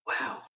Wow